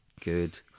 good